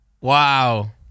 Wow